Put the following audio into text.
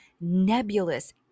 Nebulous